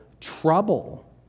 trouble